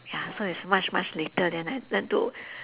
ya so it's much much later then I learn to